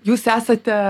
jūs esate